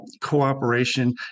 cooperation